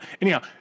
Anyhow